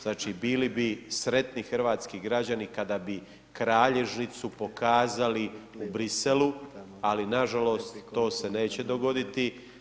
Znači bili bi sretniji hrvatski građani kada bi kralježnicu pokazali u Bruxellesu, ali nažalost to se neće dogoditi.